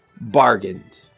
bargained